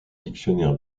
dictionnaire